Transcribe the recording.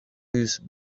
whose